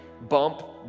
bump